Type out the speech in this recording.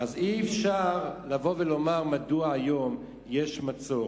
אז אי-אפשר לבוא ולומר מדוע היום יש מצור.